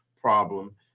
problem